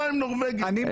22 נורבגים.